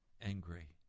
angry